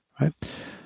right